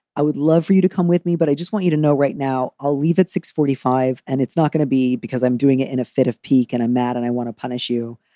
i would love for you to come with me, but i just want you to know right now i'll leave at six forty five and it's not going to be because i'm doing it in a fit of pique and i'm mad and i want to punish you.